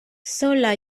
sola